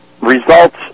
results